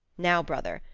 now, brother,